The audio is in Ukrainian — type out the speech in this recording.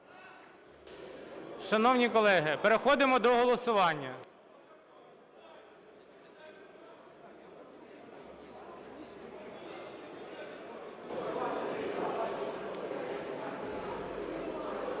Шановні колеги, переходимо до голосування.